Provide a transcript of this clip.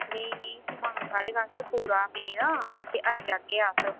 नेईं नेईं समान साढ़े कश पूरा पेदा ते आई जाह्गे अस